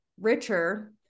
richer